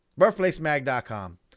birthplacemag.com